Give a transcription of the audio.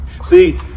See